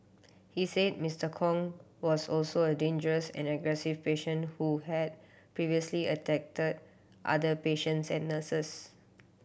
he said Mister Kong was also a dangerous and aggressive patient who had previously attacked other patients and nurses